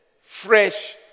fresh